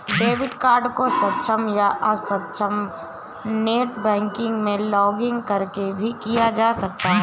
debit card को सक्षम या अक्षम नेट बैंकिंग में लॉगिंन करके भी किया जा सकता है